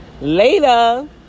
Later